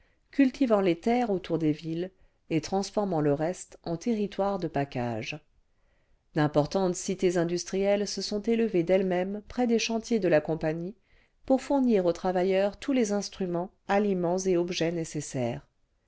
cultivant les terres autour des villes et transformant le reste en territoires de pacage d'importantes cités industrielles se sont élevées d'elles-mêmes près des chantiers de la compagnie pour fournir aux travailleurs tous les instruments aliments et objets nécessaires